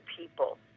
people